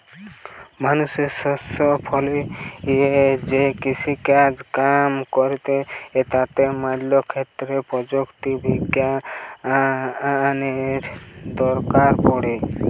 মানুষ শস্য ফলিয়ে যে কৃষিকাজ কাম কইরে তাতে ম্যালা ক্ষেত্রে প্রযুক্তি বিজ্ঞানের দরকার পড়ে